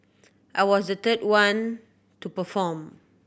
I was the third one to perform